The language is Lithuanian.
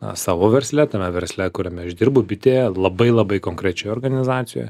na savo versle tame versle kuriame aš dirbu bitėje labai labai konkrečioje organizacijoje